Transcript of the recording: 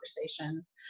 conversations